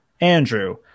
Andrew